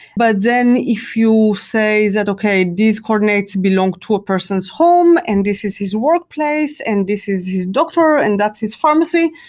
but then if you say that, okay. these coordinates belong to a person's home and this is his workplace and this is his doctor and that's his pharmacy,